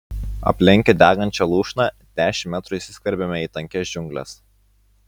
aplenkę degančią lūšną dešimt metrų įsiskverbėme į tankias džiungles